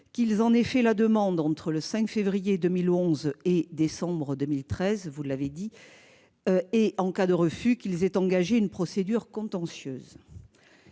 qu'ils en aient fait la demande entre le 5 février 2011 et le 19 décembre 2013- vous l'avez rappelé -et qu'ils aient engagé une procédure contentieuse